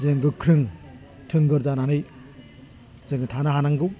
जों गोख्रों थोंगोर जानानै जोङो थानो हानांगौ